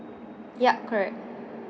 yup correct